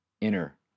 inner